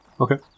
Okay